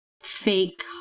fake